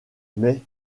mais